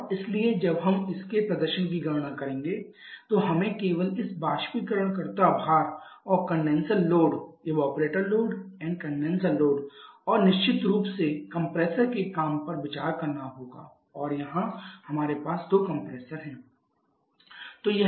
और इसलिए जब हम इसके प्रदर्शन की गणना करेंगे तो हमें केवल इस बाष्पीकरणकर्ता भार और इस कंडेनसर लोड और निश्चित रूप से कंप्रेसर के काम पर विचार करना होगा और यहां हमारे पास दो कंप्रेशर्स हैं